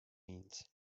means